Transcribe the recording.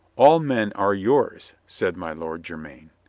all men are yours, said my lord jermyn.